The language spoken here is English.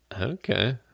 Okay